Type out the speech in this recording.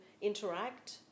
interact